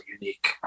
unique